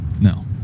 No